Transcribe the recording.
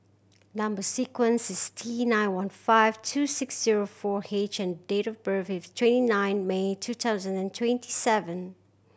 number sequence is T nine one five two six zero four H and date of birth is twenty nine May two thousand and twenty seven